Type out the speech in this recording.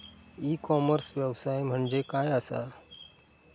E commerce व्यवसाय म्हणजे काय असा?